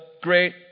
great